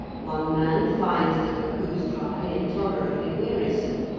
one man finds the cuckoo's cry intolerably wearisome.